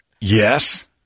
yes